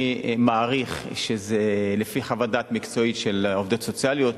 אני מעריך שזה לפי חוות דעת מקצועית של עובדות סוציאליות,